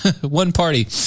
one-party